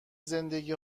زندگی